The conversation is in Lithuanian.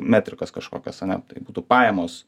metrikas kažkokias ane tai būtų pajamos